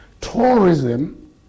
tourism